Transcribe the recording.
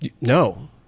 No